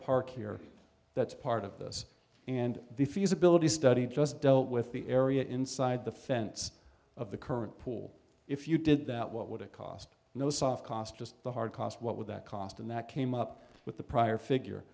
park here that's part of this and the feasibility study just dealt with the area inside the fence of the current pool if you did that what would it cost no soft cost just the hard cost what would that cost and that came up with the prior figure